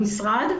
המשרד,